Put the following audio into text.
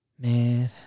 man